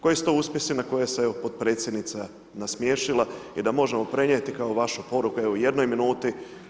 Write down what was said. Koji su to uspjesi na koje se potpredsjednica nasmiješila i da da možemo prenijeti kao vašu poruku, evo u jednoj minuti?